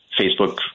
Facebook